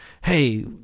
Hey